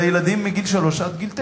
לילדים מגיל שלוש עד גיל תשע.